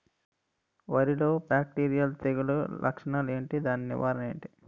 వరి లో బ్యాక్టీరియల్ తెగులు లక్షణాలు ఏంటి? దాని నివారణ ఏంటి?